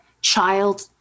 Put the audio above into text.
child